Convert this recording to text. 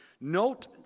Note